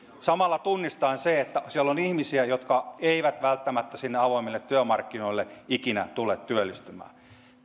samalla tunnistaen sen että siellä on ihmisiä jotka eivät välttämättä avoimille työmarkkinoille ikinä tule työllistymään